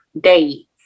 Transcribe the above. dates